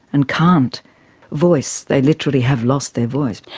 and can't voice, they literally have lost their voice.